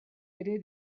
ere